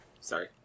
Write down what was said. Sorry